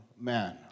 man